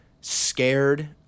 scared